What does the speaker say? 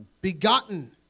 begotten